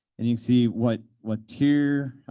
and you see what what tier,